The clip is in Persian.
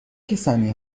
کسانی